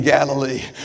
Galilee